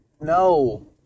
No